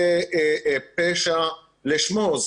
זה פשע לשמו.